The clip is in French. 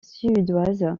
suédoise